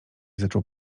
zaczął